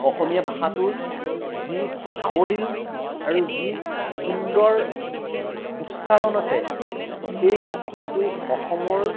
অসমীয়া ভাষাটোৰ যি সাৱলীল আৰু যি সুন্দৰ উচ্চাৰণ আছে সেই হ হয়তো অসমৰ